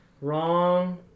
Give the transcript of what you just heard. wrong